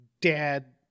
dad